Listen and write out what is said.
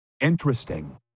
interesting